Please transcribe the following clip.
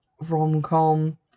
rom-com